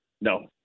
No